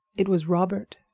it was robert,